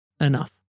enough